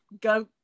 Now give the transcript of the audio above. go